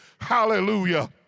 hallelujah